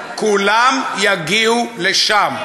כולם יגיעו לשם.